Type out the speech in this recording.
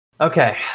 Okay